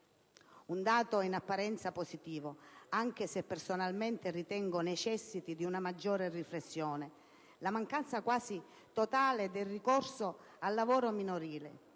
Un dato in apparenza positivo, anche se personalmente ritengo necessiti di una maggiore riflessione, è la mancanza quasi totale del ricorso al lavoro minorile,